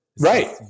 Right